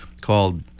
called